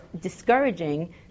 discouraging